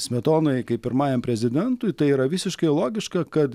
smetonai kaip pirmajam prezidentui tai yra visiškai logiška kad